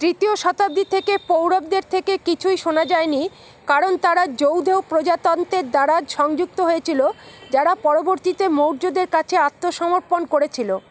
তৃতীয় শতাব্দী থেকে পৌরবদের থেকে কিছুই শোনা যায়নি কারণ তারা যৌধেয় প্রজাতন্ত্রের দ্বারা সংযুক্ত হয়েছিল যারা পরবর্তীতে মৌর্যদের কাছে আত্মসমর্পণ করেছিল